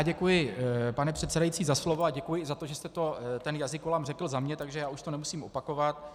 Děkuji, pane předsedající, za slovo a děkuji i za to, že jste ten jazykolam řekl za mě, takže už to nemusím opakovat.